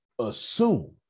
assume